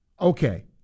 okay